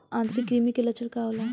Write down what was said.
आंतरिक कृमि के लक्षण का होला?